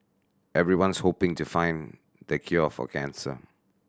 everyone's hoping to find the cure for cancer